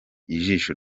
ijisho